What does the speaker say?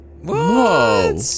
Whoa